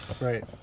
right